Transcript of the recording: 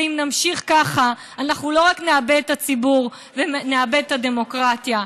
ואם נמשיך ככה אנחנו לא רק נאבד את הציבור ונאבד את הדמוקרטיה,